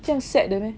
这样 set 的 meh